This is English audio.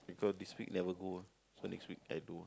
because this week never go so next week I do